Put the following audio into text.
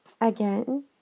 again